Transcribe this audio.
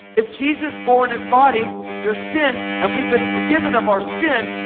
if jesus bore in his body your sin, and we've been forgiven of our sin,